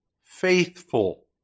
faithful